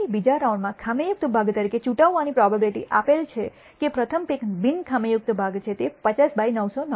તેથી બીજા રાઉન્ડમાં ખામીયુક્ત ભાગ તરીકે ચૂંટવાની પ્રોબેબીલીટી આપેલ છે કે પ્રથમ પીક બિન ખામીયુક્ત છે તે 50 બાય 999